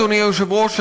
אדוני היושב-ראש,